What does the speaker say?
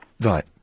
Right